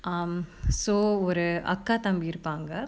um so ஒரு அக்கா தம்பி இருப்பாங்க:oru akka thambi iruppanga